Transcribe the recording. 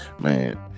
Man